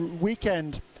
weekend